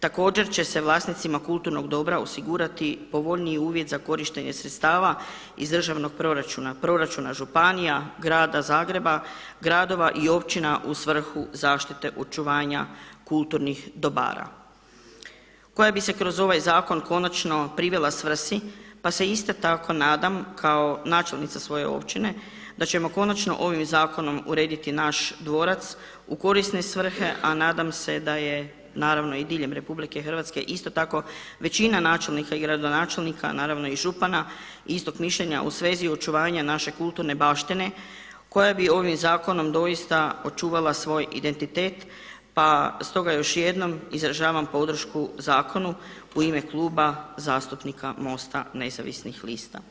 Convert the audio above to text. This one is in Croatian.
Također će se vlasnicima kulturnog dobra osigurati povoljniji uvjet za korištenje sredstava iz državnog proračuna, proračuna županija, grada Zagreba, gradova i općina u svrhu zaštite očuvanja kulturnih dobara koja bi se kroz ovaj zakon konačno privela svrsi pa se isto tako nadam kao načelnica svoje općine da ćemo konačno ovim zakonom urediti naš dvorac u korisne svrhe, a nadam se da je naravno i diljem RH isto tako većina načelnika i gradonačelnika, naravno i župana istog mišljenja u svezi očuvanja naše kulturne baštine koja bi ovim zakonom doista očuvala svoj identitet pa stoga još jednom izražavam podršku zakonu u ime Kluba zastupnika MOST-a nezavisnih lista.